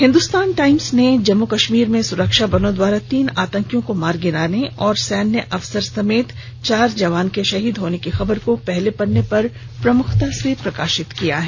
Hindustan Times ने जम्मू कश्मीर में सुरक्षा बलों द्वारा तीन आंतकियों को मार गिराने और सैन्य अफसर समेत चार जवान के शहीद होने की खबर को पहले पन्ने पर प्रमुखता से प्रकाशित किया है